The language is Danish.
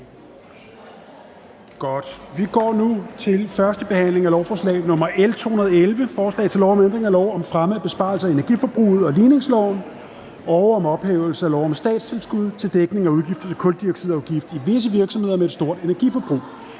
er: 2) 1. behandling af lovforslag nr. L 211: Forslag til lov om ændring af lov om fremme af besparelser i energiforbruget og ligningsloven og om ophævelse af lov om statstilskud til dækning af udgifter til kuldioxidafgift i visse virksomheder med et stort energiforbrug.